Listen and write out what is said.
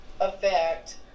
effect